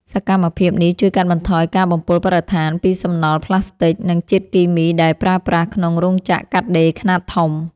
សកម្មភាពនេះជួយកាត់បន្ថយការបំពុលបរិស្ថានពីសំណល់ប្លាស្ទិក និងជាតិគីមីដែលប្រើប្រាស់ក្នុងរោងចក្រកាត់ដេរខ្នាតធំ។